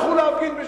לכו להפגין בשדרות.